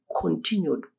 continued